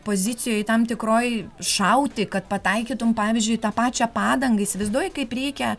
pozicijoj tam tikroj šauti kad pataikytum pavyzdžiui į tą pačią padangą įsivaizduoji kaip reikia